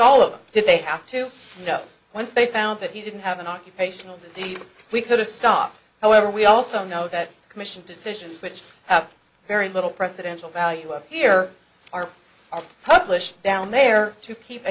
all of them did they have to once they found that he didn't have an occupational that these we could have stopped however we also know that the commission decisions which have very little presidential value up here are published down there to keep a